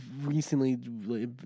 recently